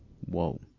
Whoa